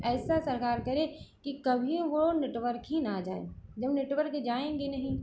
ऐसा सरकार करे कि कभी वो नेटवर्क ही न जाएँ जब नेटवर्क जाएँगे नहीं